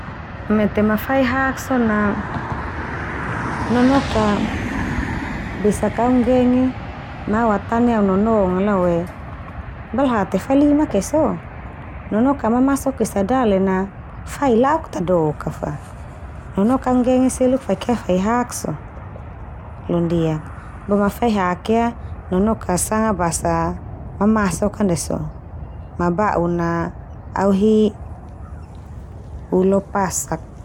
Mete ma fai hak so na, nonok ka besak ka au nggenge ma au atane au nonongal awae balha te fai limak ia so? Nonok ka mamasok esa dalen na fai la'ok tadok a fa. Nonok ka au nggenge seluk faik ia fai hak so. Londiak, bo ma fai hak ia, nonok ka sanga basa mamasok ka ndia so, ma ba'un na au hi ulo pasak.